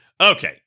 okay